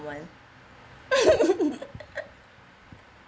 one